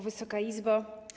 Wysoka Izbo!